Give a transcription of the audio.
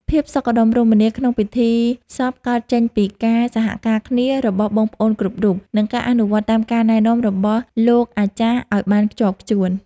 ភាពសុខដុមរមនាក្នុងពិធីសពកើតចេញពីការសហការគ្នារបស់បងប្អូនគ្រប់រូប និង ការអនុវត្តតាមការណែនាំរបស់លោកអាចារ្យឱ្យបានខ្ជាប់ខ្ជួន។